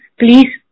please